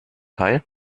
teil